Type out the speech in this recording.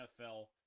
nfl